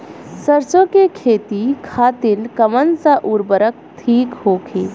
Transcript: सरसो के खेती खातीन कवन सा उर्वरक थिक होखी?